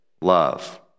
love